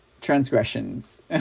transgressions